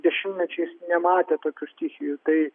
dešimtmečiais nematė tokių stichijų tai